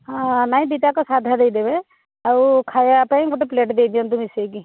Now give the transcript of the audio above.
ହଁ ନାଇଁ ଦୁଇ'ଟାଯାକ ସାଧା ଦେଇଦେବେ ଆଉ ଖାଇବାପାଇଁ ଗୋଟେ ପ୍ଲେଟ୍ ଦେଇ ଦିଅନ୍ତୁ ମିଶେଇକି